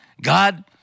God